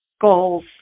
goals